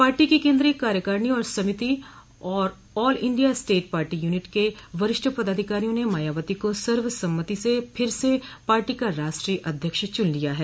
party की केन्द्रीय कार्यकारिणी समिति और all India state party unit के वरिष्ठ पदाधिकारियों ने मायावती को सर्वसम्मति से फिर से पार्टी का राष्ट्रीय अध्यक्ष चुन लिया है